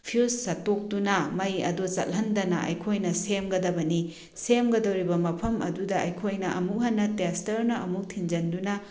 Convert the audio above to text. fuse ꯁꯠꯇꯣꯛꯇꯨꯅ ꯃꯩ ꯑꯗꯨ ꯆꯠꯍꯟꯗꯅ ꯑꯩꯈꯣꯏꯅ ꯁꯦꯝꯒꯗꯕꯅꯤ ꯁꯦꯝꯒꯗꯧꯔꯤꯕ ꯃꯐꯝ ꯑꯗꯨꯗ ꯑꯩꯈꯣꯏꯅ ꯑꯃꯨꯛ ꯍꯟꯅ ꯇꯦꯁꯇꯔꯅ ꯑꯃꯨꯛ ꯊꯤꯟꯖꯤꯟꯗꯨꯅ